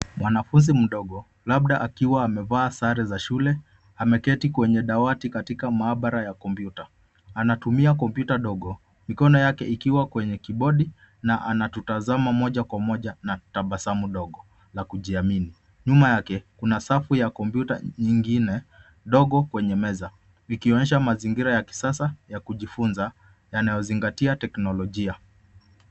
Mwanafunzi mdogo labda akiwa amevaa sare za shule, ameketi kwenye dawati katika maabara ya kompyuta. Anatumia kompyuta ndogo mikono yake ikiwa kwenye kibodi na anatutazama moja kwa moja na tabasamu dogo la kujiamini. Nyuma yake kuna safu ya kompyuta nyingine ndogo kwenye meza ikionyesha mazingira ya kisasa ya kujifunza yanayozingatia teknolojia.